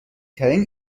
ترین